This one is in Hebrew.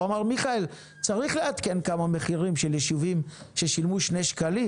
הוא אמר לי שצריך לעדכן כמה מחירים של יישובים ששילמו שני שקלים